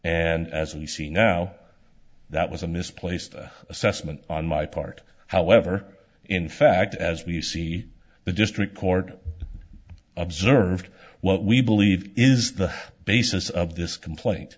as you see now that was a misplaced assessment on my part however in fact as we see the district court observed what we believe is the basis of this complaint